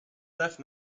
left